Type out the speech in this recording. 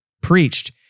preached